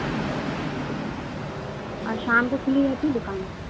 جی ٹھیک ہے اور شام کو کُھلی رہتی ہے دُکان